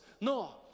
No